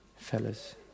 Fellas